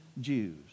Jews